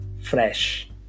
fresh